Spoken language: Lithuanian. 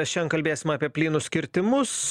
šiandien kalbėsim apie plynus kirtimus